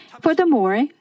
Furthermore